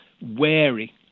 wary